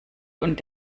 und